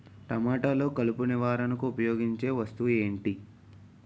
టమాటాలో కలుపు నివారణకు ఉపయోగించే వస్తువు ఏంటి?